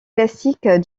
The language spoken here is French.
classiques